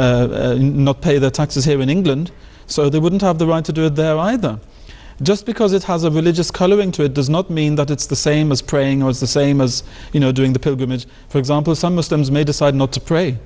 not pay their taxes here in england so they wouldn't have the right to do it there either just because it has a religious coloring to it does not mean that it's the same as praying or the same as you know doing the pilgrimage for example some muslims may decide not to pray